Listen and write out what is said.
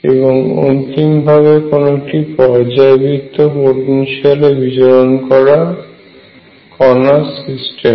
এবং অন্তিম ভাবে কোন একটি পর্যাবৃত্ত পোটেনশিয়ালে বিচরন করা কণার সিস্টেম